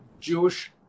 Jewish